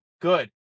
good